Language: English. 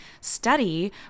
study